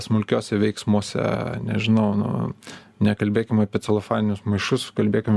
smulkiose veiksmuose nežinau nu nekalbėkim apie celofaninius maišus kalbėkim